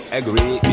agree